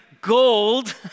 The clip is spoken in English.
gold